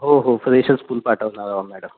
हो हो फ्रेशच फुल पाठवणार आहो मॅडम